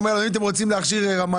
אתה אומר: אם אתם רוצים להכשיר רמאים.